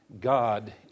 God